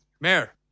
Mayor